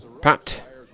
Pat